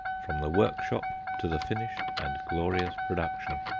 from the workshop to the finished and glorious production.